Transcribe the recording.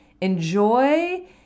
enjoy